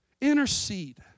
Intercede